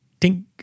tink